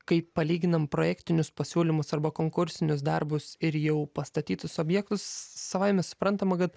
kai palyginam projektinius pasiūlymus arba konkursinius darbus ir jau pastatytus objektus savaime suprantama kad